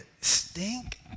stink